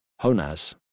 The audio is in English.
Honaz